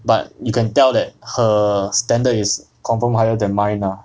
but you can tell that her standard is confirm higher than mine lah